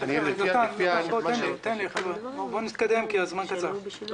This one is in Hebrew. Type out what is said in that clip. בואו נתקדם כי הזמן קצר.